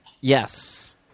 Yes